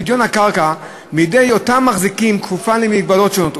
פדיון הקרקע מידי אותם מחזיקים כפוף למגבלות שונות,